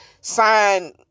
Sign